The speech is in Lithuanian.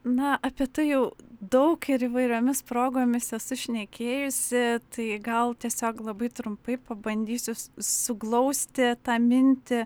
na apie tai jau daug ir įvairiomis progomis esu šnekėjusi tai gal tiesiog labai trumpai pabandysiu suglausti tą mintį